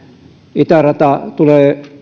itärata tulee